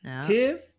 Tiv